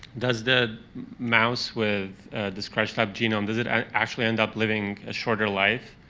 does the mouse with the scrunched-up genome, does it actually end up living a shorter life?